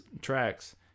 tracks